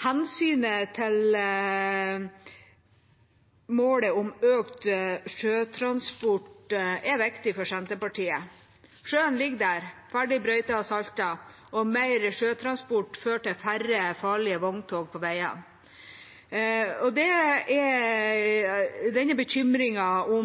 Hensynet til målet om økt sjøtransport er viktig for Senterpartiet. Sjøen ligger der, ferdig brøytet og saltet, og mer sjøtransport fører til færre farlige vogntog på veiene. Denne bekymringen for